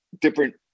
different